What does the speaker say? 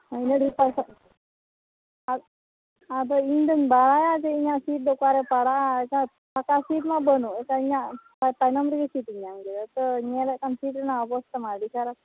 ᱩᱱᱟᱹᱜ ᱰᱷᱮᱨ ᱯᱚᱭᱥᱟ ᱟᱨ ᱟᱫᱚ ᱤᱧ ᱫᱚᱧ ᱵᱟᱲᱟᱭᱟ ᱡᱮ ᱤᱧᱟᱹᱜ ᱥᱤᱴ ᱫᱚ ᱚᱠᱟᱨᱮ ᱯᱟᱲᱟᱜᱼᱟ ᱟᱪᱪᱷᱟ ᱯᱷᱟᱸᱠᱟ ᱥᱤᱴ ᱢᱟ ᱵᱟᱹᱱᱩᱜ ᱥᱟᱹᱨᱤᱱᱟᱜ ᱛᱟᱭᱱᱚᱢ ᱨᱮᱜᱮ ᱥᱤᱴᱤᱧ ᱧᱟᱢ ᱠᱮᱫᱟ ᱛᱚ ᱧᱮᱞᱮᱫ ᱠᱟᱱ ᱥᱤᱴ ᱨᱮᱱᱟᱜ ᱚᱵᱚᱥᱛᱷᱟ ᱢᱟ ᱟᱹᱰᱤ ᱠᱷᱟᱨᱟᱯ